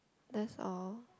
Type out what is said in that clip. that's all